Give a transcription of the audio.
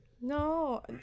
No